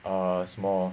err 什么